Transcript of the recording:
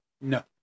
No